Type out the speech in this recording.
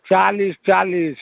चालीस चालीस